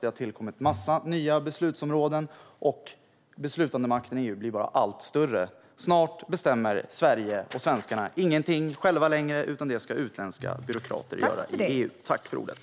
Det har tillkommit en massa nya beslutsområden, och beslutandemakten i EU blir bara allt större. Snart bestämmer Sverige och svenskarna ingenting själva, utan utländska byråkrater i EU ska bestämma allt.